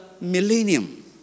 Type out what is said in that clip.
millennium